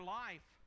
life